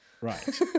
Right